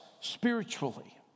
spiritually